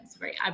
right